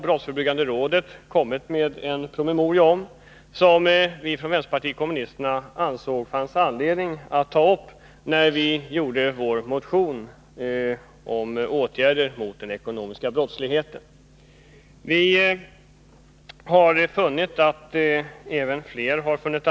Brottsförebyggande rådet, BRÅ, har ju skrivit en promemoria som vänsterpartiet kommunisterna ansåg att det fanns anledning att ta upp när vi skrev en motion om åtgärder mot den ekonomiska brottsligheten. Flera andra har haft samma uppfattning.